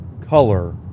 color